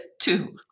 Two